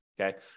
Okay